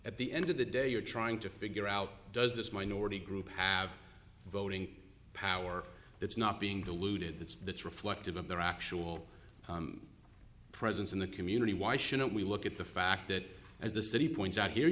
at the end of the day you're trying to figure out does this minority group have voting power that's not being diluted that's the true flecked of of their actual presence in the community why shouldn't we look at the fact that as the city points out here